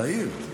צעיר.